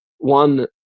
one